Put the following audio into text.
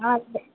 ഇല്ല